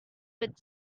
with